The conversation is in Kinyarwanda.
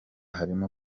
harimo